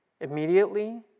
Immediately